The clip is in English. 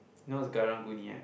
know what's Karang-Guni ah